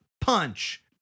punch